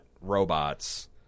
robots